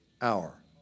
hour